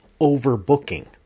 overbooking